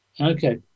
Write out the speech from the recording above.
Okay